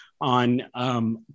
on